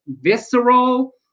visceral